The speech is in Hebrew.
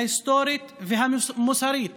ההיסטורית והמוסרית